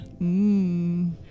Mmm